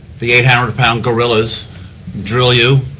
the eight hundred pound gorillas drill you,